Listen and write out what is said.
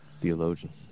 theologian